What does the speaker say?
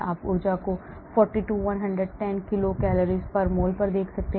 आप ऊर्जा को 40 to 110 kilocalsmol पर देख सकते हैं